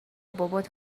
بابات